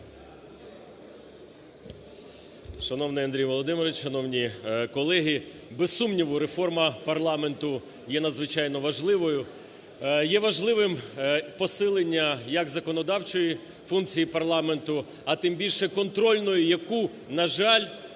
Шановний Андрій Володимирович! Шановні колеги! Без сумніву реформа парламенту є надзвичайно важливою, є важливим посилення як законодавчої функції парламенту, а тим більше, контрольної, яку, на жаль,